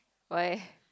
why leh